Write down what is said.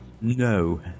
No